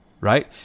right